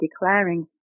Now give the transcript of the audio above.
declaring